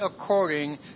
according